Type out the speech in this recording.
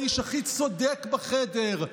האיש הכי צודק בחדר,